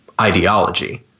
ideology